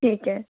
ठीक है